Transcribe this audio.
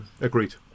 Agreed